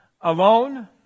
alone